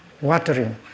watering